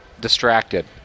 distracted